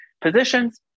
positions